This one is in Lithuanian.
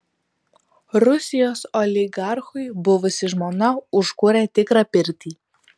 rusijos oligarchui buvusi žmona užkūrė tikrą pirtį